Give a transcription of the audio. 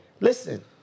listen